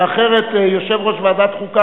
שאחרת יושב-ראש ועדת החוקה,